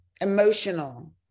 emotional